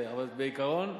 אבל בעיקרון,